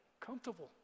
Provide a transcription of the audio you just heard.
Comfortable